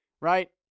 right